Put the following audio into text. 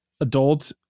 Adult